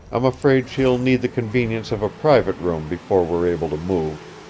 i'm afraid she'll need the convenience of a private room before we're able to move.